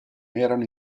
erano